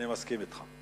אני מסכים אתך.